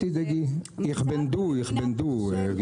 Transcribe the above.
סגן שר החקלאות ופיתוח הכפר משה אבוטבול: אל תדאגי.